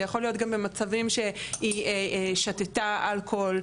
זה יכול להיות גם במצבים שהיא שתתה אלכוהול,